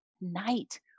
night